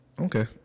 Okay